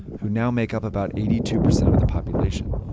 who now make up about eighty two percent of the population.